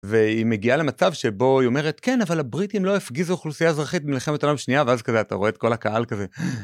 והיא מגיעה למצב שבו היא אומרת כן אבל הבריטים לא הפגיזו אוכלוסייה אזרחית מלחמת העולם שנייה ואז כזה אתה רואה את כל הקהל כזה.